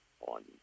on